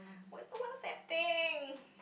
why is no one accepting